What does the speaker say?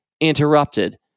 interrupted